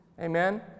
Amen